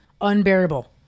unbearable